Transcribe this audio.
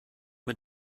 mit